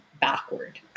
backward